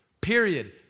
Period